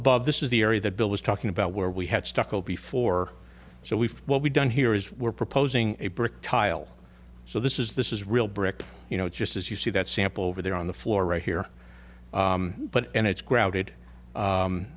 above this is the area that bill was talking about where we had stucco before so we've what we've done here is we're proposing a brick tile so this is this is real brick you know just as you see that sample over there on the floor right here but and it's crowded